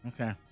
Okay